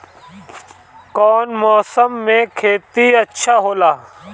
कौन मौसम मे खेती अच्छा होला?